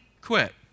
quit